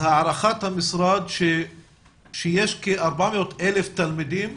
הערכת המשרד שיש כ-400,000 תלמידים